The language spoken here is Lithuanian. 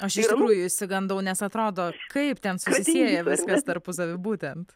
aš iš tikrųjų išsigandau nes atrodo kaip ten susisieja viskas tarpusavy būtent